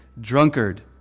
drunkard